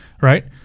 right